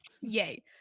yay